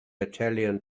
italian